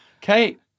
Kate